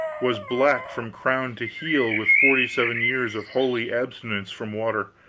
was black from crown to heel with forty-seven years of holy abstinence from water.